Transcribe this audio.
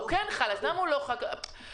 אם עשיתם דוח כזה נהדר, למה לא הפכתם אותו לחקיקה?